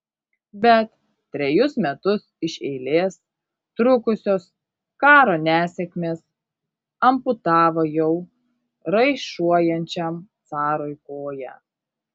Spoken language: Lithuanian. bet trejus metus iš eilės trukusios karo nesėkmės amputavo jau raišuojančiam carui koją